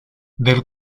del